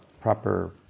proper